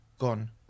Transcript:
gone